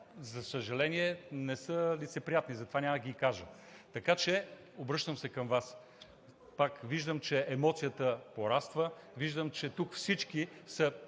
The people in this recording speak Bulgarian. за съжаление, не са лицеприятни и затова няма да ги кажа. Така че, обръщам се към Вас: виждам, че емоцията пораства, виждам, че тук всички са